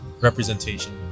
representation